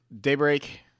Daybreak